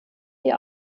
die